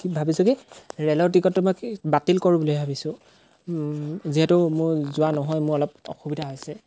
কি ভাবিছোঁ কি ৰে'লৰ টিকটটো মই বাতিল কৰোঁ বুলি ভাবিছোঁ যিহেতু মোৰ যোৱা নহয় মোৰ অলপ অসুবিধা হৈছে